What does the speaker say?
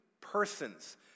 persons